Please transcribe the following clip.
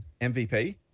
MVP